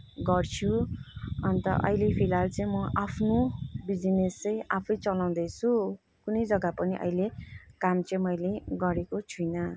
गर्छु अन्त अहिले फिलहाल चाहिँ म आफ्नो बिजिनेस चाहिँ आफै चलाउँदैछु कुनै जग्गा पनि अहिले मैले काम चाहिँ मैले गरेको छुइनँ